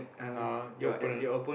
ah your opponent